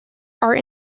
are